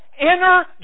inner